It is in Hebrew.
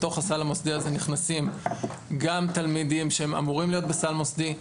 בתוך הסל המוסדי הזה נכנסים גם תלמידים שהם אמורים להיות בסל מוסדי,